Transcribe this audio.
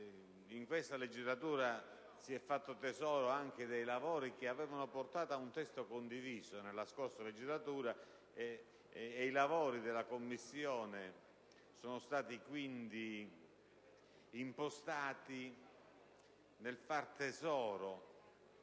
In questa legislatura ci si è avvalsi anche dei lavori che avevano portato a un testo condiviso nella scorsa legislatura, e i lavori della Commissione sono stati quindi impostati nel senso